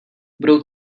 budou